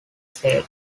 sale